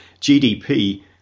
GDP